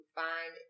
find